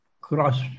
cross